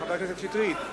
חבר הכנסת שטרית.